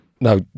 no